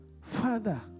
Father